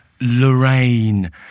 lorraine